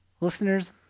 listeners